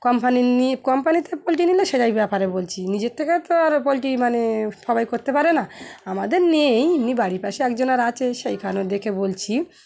কোম্পানির নিয়ে কোম্পানিতে পোলট্রি নিলে সেটাই ব্যাপারে বলছি নিজের থেকে তো আরও পোলট্রি মানে সবাই করতে পারে না আমাদের নেই এমনি বাড়ির পাশে একজনার আর আছে সেইখানে দেখে বলছি